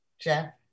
Jeff